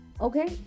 Okay